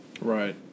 right